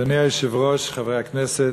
אדוני היושב-ראש, חברי הכנסת,